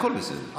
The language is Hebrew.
הכול בסדר.